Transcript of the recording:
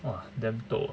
!wah! damn toh ah